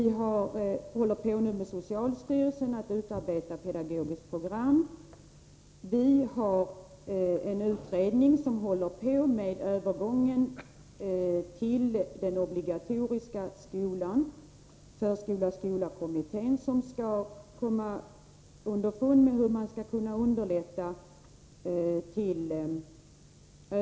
Socialstyrelsen håller på att utarbeta ett pedagogiskt program. En utredning — kommittén om samverkan mellan förskola och skola — sysslar med övergången till den obligatoriska skolan och försöker komma underfund med hur övergången skall kunna underlättas.